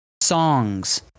Songs